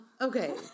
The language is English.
Okay